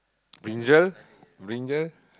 brinjal brinjal